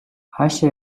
хаашаа